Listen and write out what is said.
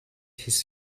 his